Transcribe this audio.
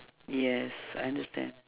yes I understand